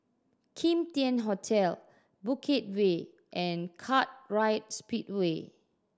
Kim Tian Hotel Bukit Way and Kartright Speedway